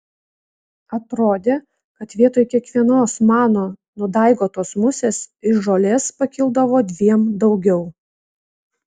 atrodė kad vietoj kiekvienos mano nudaigotos musės iš žolės pakildavo dviem daugiau